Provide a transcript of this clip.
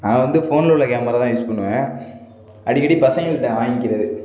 நான் வந்து ஃபோனில் உள்ள கேமரா தான் யூஸ் பண்ணுவேன் அடிக்கடி பசங்கள்கிட்ட வாங்கிக்கிறது